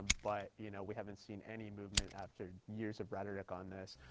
but you know, we haven't seen any movement after years of rhetoric on this.